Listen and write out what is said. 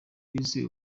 wize